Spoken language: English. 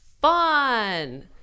Fun